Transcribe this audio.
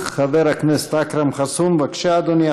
חבר הכנסת אכרם חסון, בבקשה, אדוני.